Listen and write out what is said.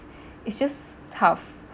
it's just tough